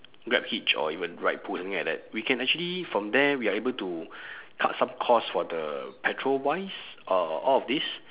grabhitch or even ridepool something like that we can actually from there we are able to cut some cost for the petrol wise uh all of this